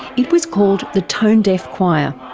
it was called the tone deaf choir.